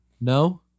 no